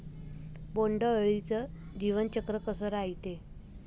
बोंड अळीचं जीवनचक्र कस रायते?